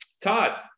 Todd